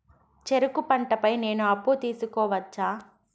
చెరుకు పంట పై నేను అప్పు తీసుకోవచ్చా?